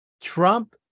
trump